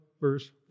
verse